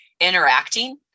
interacting